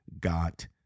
got